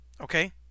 okay